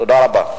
תודה רבה.